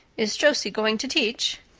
is josie going to teach?